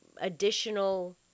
additional